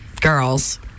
girls